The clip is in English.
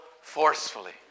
forcefully